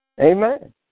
Amen